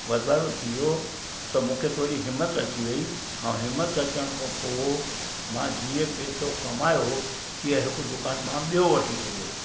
वाधारो थी वियो त मूंखे थोरी हिमतु अची वई ऐं हिमतु अचनि खां पोइ मां जीअं पैसो कमायो तीअं हिकु दुकानु मां बियो वठी छॾियो